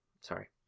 Sorry